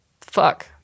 fuck